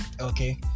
okay